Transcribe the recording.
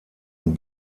und